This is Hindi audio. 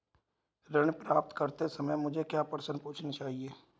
ऋण प्राप्त करते समय मुझे क्या प्रश्न पूछने चाहिए?